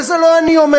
ואת זה לא אני אומר,